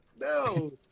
No